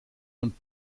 und